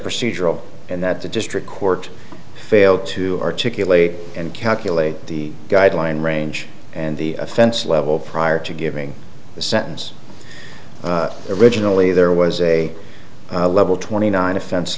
procedural and that the district court failed to articulate and calculate the guideline range and the offense level prior to giving the sentence originally there was a level twenty nine